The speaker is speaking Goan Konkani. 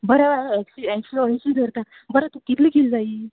बरें आं एकशे एकशे अंयशी धरतां कितले कील जाय